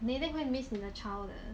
你一定会 miss 你的 child 的